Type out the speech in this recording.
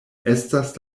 estas